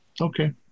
Okay